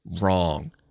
wrong